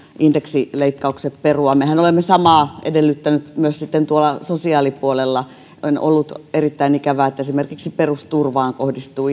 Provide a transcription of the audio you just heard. indeksileikkaukset perua mehän olemme samaa edellyttäneet myös sosiaalipuolella on ollut erittäin ikävää että esimerkiksi perusturvaan kohdistuu